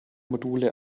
module